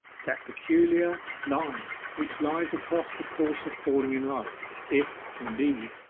that peculiar line which lies across the course of falling in love if, indeed,